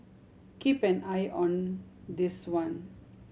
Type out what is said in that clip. keep an eye on this one